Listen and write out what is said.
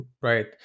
right